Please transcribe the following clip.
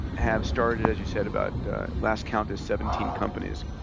have started, as you said, about last count is seventeen companies,